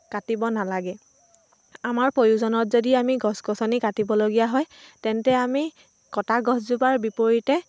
কাটিব নালাগে আমাৰ প্ৰয়োজনত যদি আমি গছ গছনি কাটিবলগীয়া হয় তেন্তে আমি কটা গছজোপাৰ বিপৰীতে